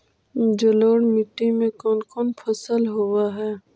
जलोढ़ मट्टी में कोन कोन फसल होब है?